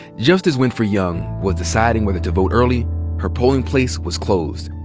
just as winfrey young was deciding whether to vote early her polling place was closed.